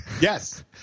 Yes